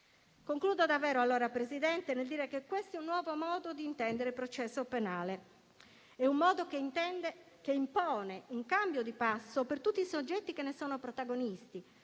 l'imputato vi rinunci. Presidente, questo è un nuovo modo di intendere il processo penale. È un modo che impone un cambio di passo per tutti i soggetti che ne sono protagonisti